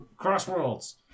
Crossworld's